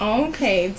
okay